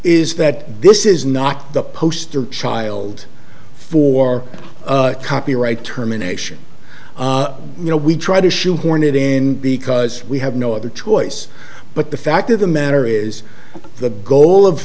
is that this is not the poster child for copyright terminations you know we try to shoehorn it in because we have no other choice but the fact of the matter is the goal of